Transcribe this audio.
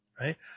right